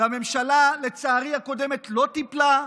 והממשלה הקודמת לצערי לא טיפלה,